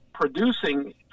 producing